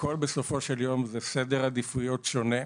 הכול בסופו של יום זה סדר עדיפויות שונה.